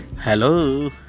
Hello